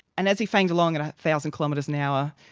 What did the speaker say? and as he fanged along at a thousand kilometres an hour,